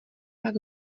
pak